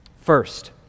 First